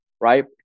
right